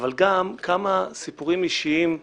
אבל גם כמה סיפורים אישיים כואבים.